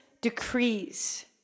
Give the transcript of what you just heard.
decrees